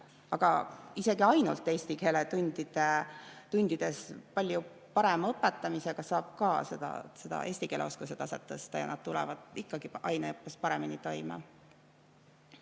Isegi ainult eesti keele tundides palju parema õpetamisega saab ka seda eesti keele oskuse taset tõsta ja nad tulevad ikkagi aineõppes paremini toime.